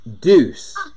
Deuce